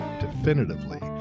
definitively